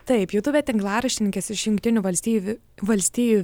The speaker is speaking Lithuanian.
taip jutube tinklaraštininkas iš jungtinių valstijų valstijų